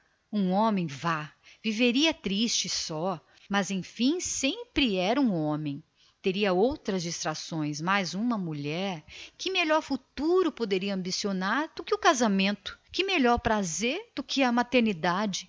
o homem ainda passava viveria triste só mas em todo o caso era um homem teria outras distrações mas uma pobre mulher que melhor futuro poderia ambicionar que o casamento que mais legítimo prazer do que a maternidade